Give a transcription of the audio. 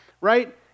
right